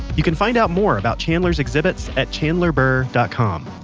you can find out more about chandler's exhibits at chandlerburr dot com.